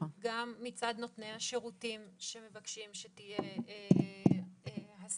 גם מצד נותני השירותים שמבקשים שתהיה הסדרה